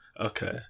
Okay